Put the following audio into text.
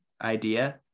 idea